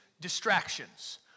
distractions